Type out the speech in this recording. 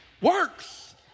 works